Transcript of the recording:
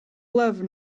love